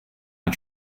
are